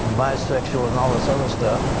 bisexual, and all of this other stuff,